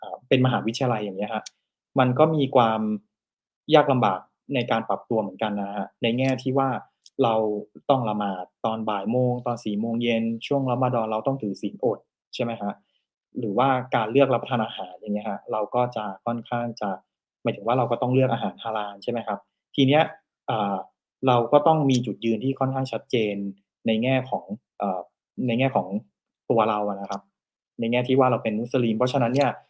เอ่อ เป็นมหาวิทยาลัยอย่างเงี้ยฮะ มันก็มีความยากลำบากในการปรับตัวเหมือนกันนะฮะ ในแง่ที่ว่าเราต้องละหมาดตอนบ่ายโมงตอนสี่โมงเย็น ช่วงรอมฎอนเราต้องถือศีลอดใช่ไหมฮะ? หรือว่าการเลือกรับประทานอาหารอย่างเงี้ยฮะ เราก็จะค่อนข้างจะ หมายถึงว่าเราก็ต้องเลือกอาหารฮาลาลใช่ไหมครับ? ทีเนี้ย เอ่อ เราก็ต้องมีจุดยืนที่ค่อนข้างชัดเจนในแง่ของ เอ่อ ในแง่ของตัวเราอะนะครับ ในแง่ที่ว่าเราเป็นมุสลิม เพราะฉะนั้นเนี่ย